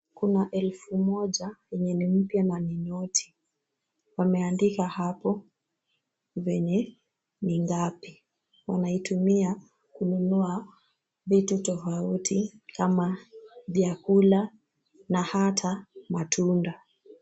Kuna elfu moja yenye ni mpya na ni noti. Wameandika hapo vyenye ni ngapi. Wanaitumia kununua vitu tofauti kama vyakula na hata matunda.